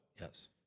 Yes